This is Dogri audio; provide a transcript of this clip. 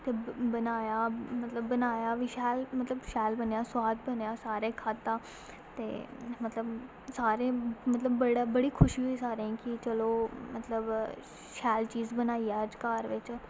फिर बनाया मतलब बनाया बी शैल मतलब शैल बनेआ सोआद बनेआ सारें खाद्धा ते मतलब सारें मतलब बड़ा बड़ी ख़ुशी होई सारें की चलो मतलब की शैल चीज़ बनाई अज्ज घर बिच